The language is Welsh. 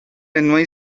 enwau